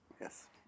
Yes